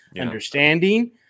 understanding